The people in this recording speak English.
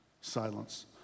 silence